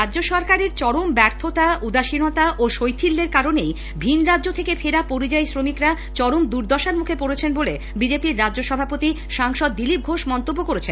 রাজ্য সরকারের চরম ব্যর্থতা উদাসীনতা ও শৈথিল্যের কারণেই ভিন রাজ্য থেকে ফেরা পরিযায়ী শ্রমিকরা চরম দুর্দশার মুখে পড়েছেন বলে বিজেপির রাজ্য সভাপতি সাংসদ দিলীপ ঘোষ মন্তব্য করেছেন